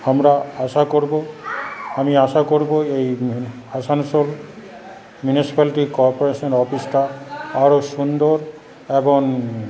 আমরা আশা করব আমি আশা করব এই আসানসোল মিউনিসিপালিটি কর্পোরেশন অফিসটা আরও সুন্দর এবং